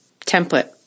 template